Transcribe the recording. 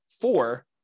four